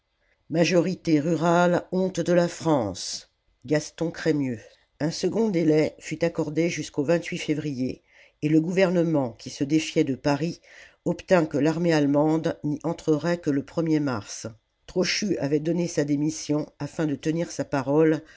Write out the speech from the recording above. majorité rurale honte de la france la commune gaston crémieux un second délai fut accordé jusquau février et le gouvernement qui se défiait de paris obtint que l'armée allemande n'y entrerait que le er mars trochu avait donné sa démission afin de tenir sa parole